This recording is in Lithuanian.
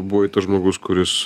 buvai tas žmogus kuris